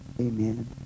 Amen